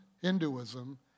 Hinduism